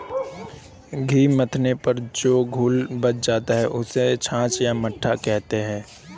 घी मथने पर जो घोल बच जाता है, उसको छाछ या मट्ठा कहते हैं